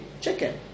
chicken